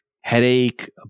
headache